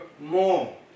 more